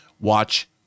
Watch